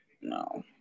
no